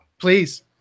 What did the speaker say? Please